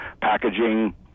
packaging